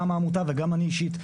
גם העמותה וגם אני אישית.